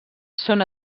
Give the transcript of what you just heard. són